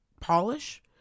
polish